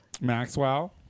Maxwell